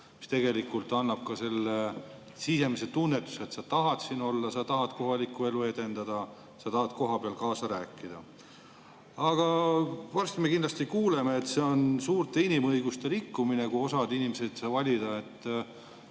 mis tegelikult annab ka selle sisemise tunnetuse, et sa tahad siin olla, sa tahad kohalikku elu edendada, sa tahad kohapeal kaasa rääkida. Aga varsti me kindlasti kuuleme, et see on suur inimõiguste rikkumine, kui osa inimesi ei saa valida.